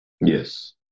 Yes